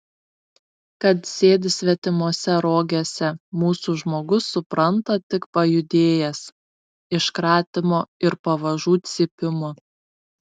kad sėdi svetimose rogėse mūsų žmogus supranta tik pajudėjęs iš kratymo ir pavažų cypimo